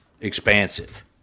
expansive